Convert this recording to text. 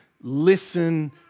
listen